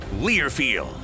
Learfield